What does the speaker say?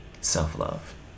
Self-love